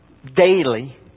Daily